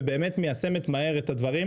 ובאמת מיישמת מהר את הדברים.